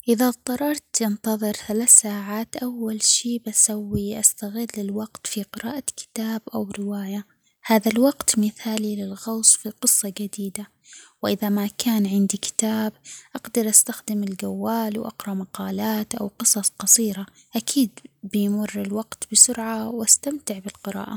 إذا اضطررت أنتظر ثلاث ساعات أول شي بسويه أستغل الوقت في قراءة كتاب أو رواية، هذا الوقت مثالي للغوص في قصة جديدة وإذا ما كان عندي كتاب أقدر أستخدم الجوال وأقرأ مقالات أو قصص قصيرة، أكيد بيمر الوقت بسرعة وأستمتع بالقراءة.